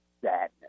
sadness